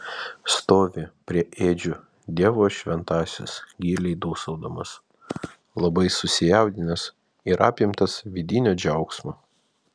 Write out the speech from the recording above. stovi prie ėdžių dievo šventasis giliai dūsaudamas labai susijaudinęs ir apimtas vidinio džiaugsmo